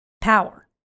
power